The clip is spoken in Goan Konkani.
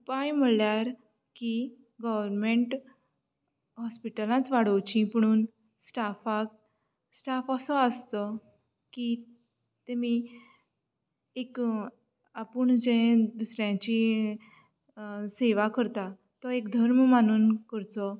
उपाय म्हणल्यार की गॉवरमेंट हॉस्पिटलां वाडोवची पूण स्टाफाक स्टाफ असो आसचो की तेमी एक आपूण जे दुसऱ्याची सेवा करता तो एक धर्म मानून करचो